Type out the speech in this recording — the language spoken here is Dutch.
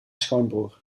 schoonbroer